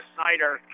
Snyder